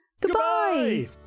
goodbye